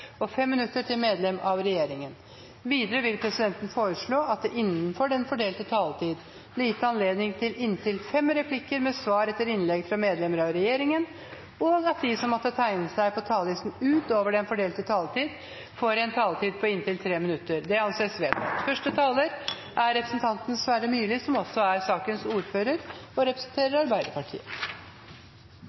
til fem replikker med svar etter innlegg fra medlemmer av regjeringen innenfor den fordelte taletid og at de som måtte tegne seg på talerlisten utover den fordelte taletid, får en taletid på inntil 3 minutter. – Det anses vedtatt. Første taler er representanten Sverre Myrli, som nå fungerer som ordfører for saken. E18 er